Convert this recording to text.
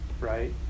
right